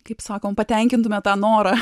kaip sakom patenkintume tą norą